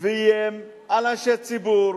ואיים על אנשי ציבור